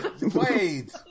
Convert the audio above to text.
Wait